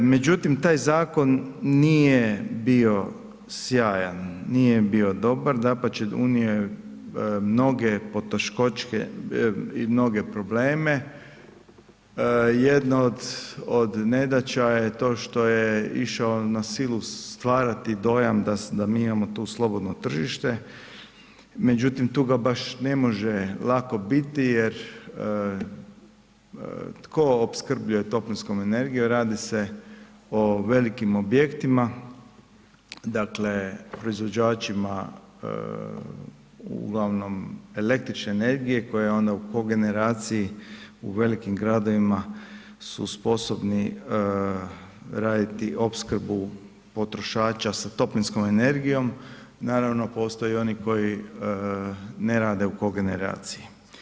Međutim taj zakon nije bio sjajan, nije bio dobar, dapače, unio je mnoge poteškoće i mnoge probleme, jedna od nedaća je to što je išao na silu stvarati dojam da mi imamo to slobodno tržište međutim tu ga baš ne može lako biti jer tko opskrbljuje toplinskom energijom, radi se o velikim objektima dakle proizvođačima uglavnom električne energije koja onda u kogeneraciji u velikim gradovima su sposobni raditi opskrbu potrošača sa toplinskom energijom, naravno postoje i oni koji ne rade u kogeneraciji.